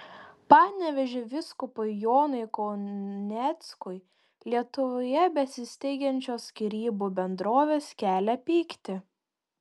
panevėžio vyskupui jonui kauneckui lietuvoje besisteigiančios skyrybų bendrovės kelia pyktį